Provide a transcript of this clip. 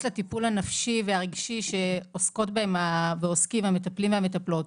לטיפול הנפשי והרגשי שעוסקות ועוסקים המטפלים והמטפלות.